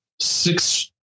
six